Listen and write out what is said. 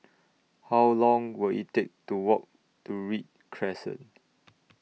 How Long Will IT Take to Walk to Read Crescent